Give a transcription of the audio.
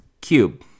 cube